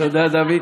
תודה, דוד.